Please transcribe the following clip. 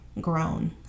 grown